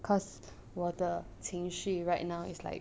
cause 我的情绪 right now is like